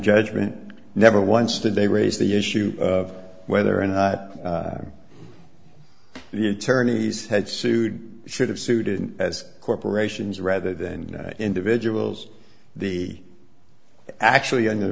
judgment never once did they raise the issue of whether or not the attorneys had sued should have suited as corporations rather than individuals the actually and the